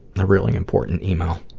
a really important yeah e-mail.